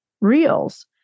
reels